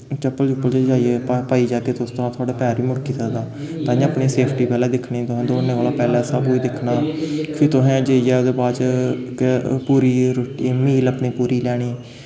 चप्पल चुप्पल च जाइयै पा पाइयै जागे तुस तां थुआढ़ा पैर बी मुड़की सकदा तांइयैं अपनी सेफ्टी पैह्लें दिक्खनी तुसें दौड़ने कोला पैह्लें सब कुछ दिक्खना फ्ही तुसें जाइयै ओह्दे बाद च पूरी रुट्टी मील अपनी पूरी लैनी